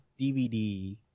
DVD